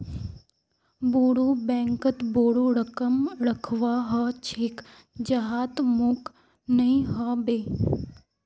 बोरो बैंकत बोरो रकम रखवा ह छेक जहात मोक नइ ह बे